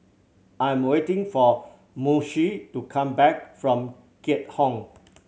I am waiting for Moshe to come back from Keat Hong